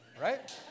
right